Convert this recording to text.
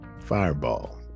fireball